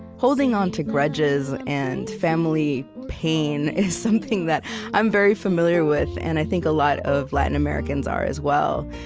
holding onto grudges and family pain is something that i'm very familiar with and i think a lot of latin americans are as well.